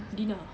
dina